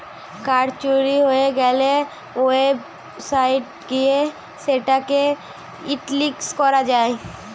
card চুরি হয়ে গ্যালে ওয়েবসাইট গিয়ে সেটা কে হটলিস্ট করা যায়